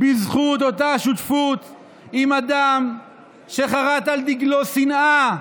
בזכות אותה שותפות עם אדם שחרת על דגלו שנאה,